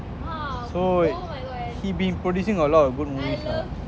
so he's been producing a lot of good movies lah